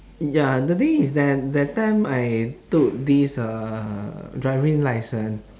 ya the thing is that that time I took this uh driving licence